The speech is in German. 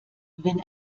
wenn